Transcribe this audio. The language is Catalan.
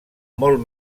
molt